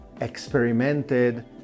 experimented